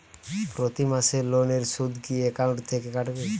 প্রতি মাসে লোনের সুদ কি একাউন্ট থেকে কাটবে?